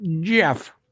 Jeff